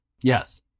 Yes